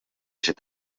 set